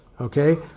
okay